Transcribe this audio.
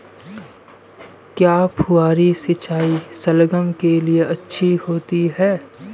क्या फुहारी सिंचाई शलगम के लिए अच्छी होती है?